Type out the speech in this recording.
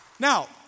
Now